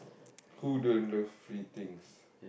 who don't love free things